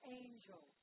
angel